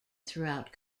throughout